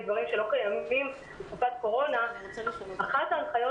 דברים שלא קיימים בתקופת קורונה אחת ההנחיות